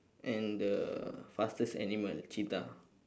and the fastest animal cheetah